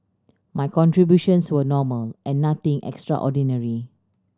my contributions were normal and nothing extraordinary